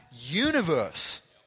universe